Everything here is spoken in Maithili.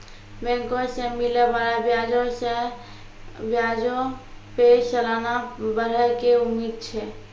बैंको से मिलै बाला ब्याजो पे सलाना बढ़ै के उम्मीद छै